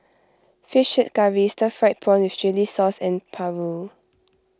Fish Head Curry Stir Fried Prawn with Chili Sauce and Paru